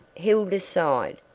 hilda sighed.